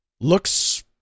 looks